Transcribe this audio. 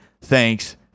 Thanks